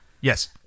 Yes